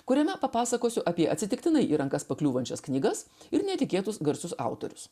kuriame papasakosiu apie atsitiktinai į rankas pakliūvančius knygas ir netikėtus garsus autorius